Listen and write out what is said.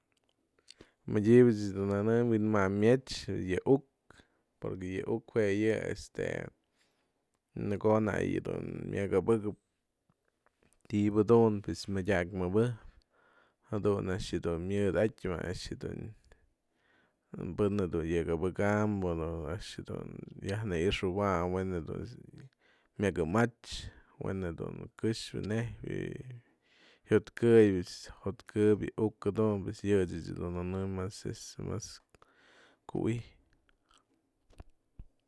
Mëdyabë ech dun nëne'ëm wynmañmetyë yë uk porque yë uk jue yë este në ko'o na'ak yë dun mya'ak abëkë'ëp ti'iba dun jadun a'ax dun myadatyë më a'ax dun pën jadun ya'ak abëka'am jadun a'ax dun yajnë'ixawayn we'en jë dun myakëmatyë we'en du'u kë'xë nei'ijp jyatkëy pues jotkëpy je uk jadun yë ech dun nëne'ëm mas este kuwi'ij.